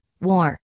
War